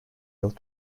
yıl